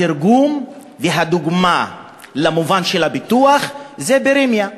התרגום והדוגמה למובן של הפיתוח זה בראמיה,